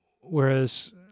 whereas